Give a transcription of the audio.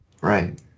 Right